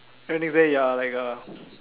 then next day you are like a